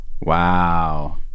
Wow